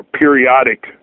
periodic